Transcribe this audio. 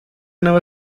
nueva